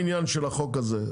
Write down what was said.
זה לא לעניין של החוק הזה.